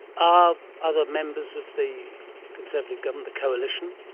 are other members of the conservative government, the coalition,